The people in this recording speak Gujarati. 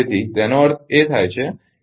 તેથી અર્થ એ થાય કે